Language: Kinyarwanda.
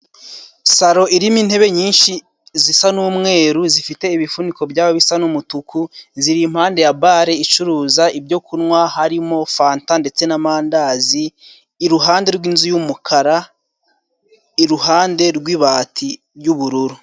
Salo irimo intebe nyinshi zisa n'umweru zifite ibifuniko byaba bisa n'umutuku ziri impande ya bare icuruza ibyo kunywa harimo fanta ndetse n'amandazi, i ruhande rw'inzu y'umukara, iruhande rw'ibati ry'ubururu.